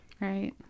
right